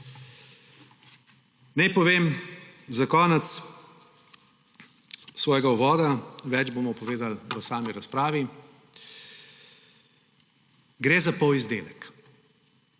Naj povem za konec svojega uvoda, več bomo povedali v sami razpravi, da gre za polizdelek.